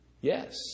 Yes